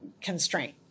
constraint